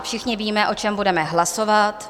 Všichni víme, o čem budeme hlasovat.